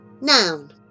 Noun